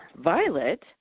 Violet